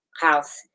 House